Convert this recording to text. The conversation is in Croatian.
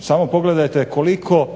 Samo pogledajte koliko